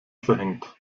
verhängt